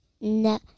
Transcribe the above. No